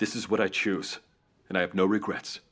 this is what i choose and i have no regrets